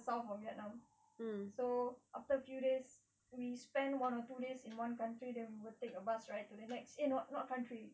to the south of vietnam so after a few days we spent one or two days in one country then we will take a bus ride to the next eh not not country